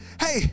Hey